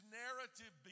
narrative